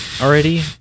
already